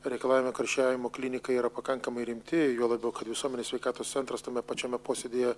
reikalavimai karščiavimo klinikai yra pakankamai rimti juo labiau kad visuomenės sveikatos centras tame pačiame posėdyje